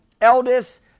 eldest